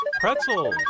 pretzel